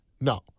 No